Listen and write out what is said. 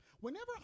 Whenever